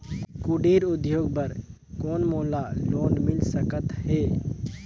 कुटीर उद्योग बर कौन मोला लोन मिल सकत हे?